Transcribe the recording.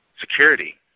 security